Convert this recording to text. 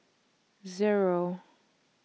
Zero